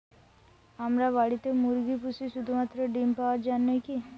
আমরা বাড়িতে মুরগি পুষি শুধু মাত্র ডিম পাওয়ার জন্যই কী?